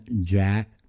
jack